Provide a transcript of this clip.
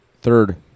third